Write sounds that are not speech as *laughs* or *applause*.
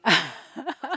*laughs*